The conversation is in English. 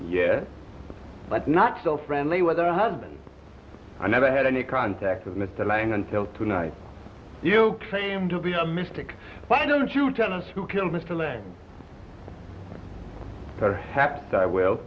yes but not so friendly with the husband i never had any contact with mr lang until tonight you claim to be a mystic why don't you tell us who killed mr levy perhaps i will